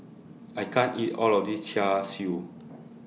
I can't eat All of This Char Siu